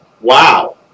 Wow